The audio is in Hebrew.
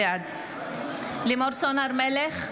בעד לימור סון הר מלך,